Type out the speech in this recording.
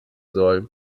soll